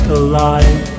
alive